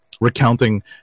recounting